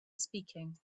speaking